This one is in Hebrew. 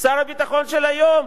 שר הביטחון של היום.